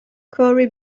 corey